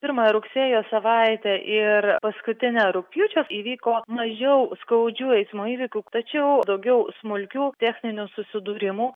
pirmą rugsėjo savaitę ir paskutinę rugpjūčio įvyko mažiau skaudžių eismo įvykių tačiau daugiau smulkių techninių susidūrimų